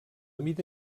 mida